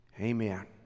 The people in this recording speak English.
Amen